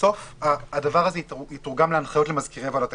בסוף הדבר הזה יתורגם להנחיות למזכירי ועדת הקלפי.